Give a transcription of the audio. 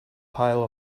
pile